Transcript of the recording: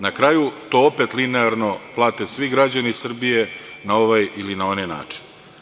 Na kraju, to opet linearno plate svi građani Srbije na ovaj ili na onaj način.